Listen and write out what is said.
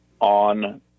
on